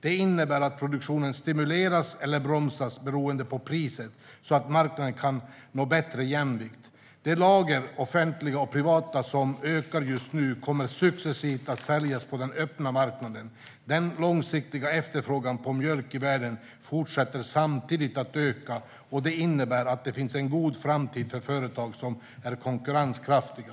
Det innebär att produktionen stimuleras eller bromsas beroende på priset, så att marknaden kan nå bättre jämvikt. De lager, offentliga och privata, som ökar just nu kommer successivt att säljas på den öppna marknaden. Den långsiktiga efterfrågan på mjölk i världen fortsätter samtidigt att öka, och det innebär att det kan finnas en god framtid för företag som är konkurrenskraftiga.